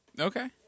Okay